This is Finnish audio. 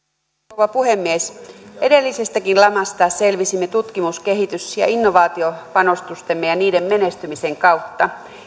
rouva puhemies edellisestäkin lamasta selvisimme tutkimus kehitys ja innovaatiopanostustemme ja niiden menestymisen kautta